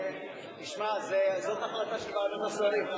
תשמע, זאת החלטה של ועדת השרים.